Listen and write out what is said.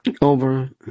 over